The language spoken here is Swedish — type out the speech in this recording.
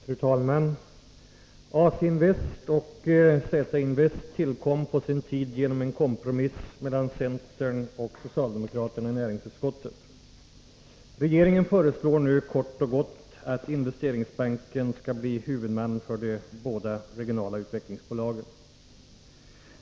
Fru talman! AC-Invest och Z-Invest tillkom på sin tid genom en kompromiss mellan centern och socialdemokraterna i näringsutskottet. Regeringen föreslår nu kort och gott att Investeringsbanken skall bli huvudman för de båda regionala utvecklingsbolagen.